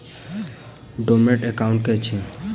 Dormant account की छैक?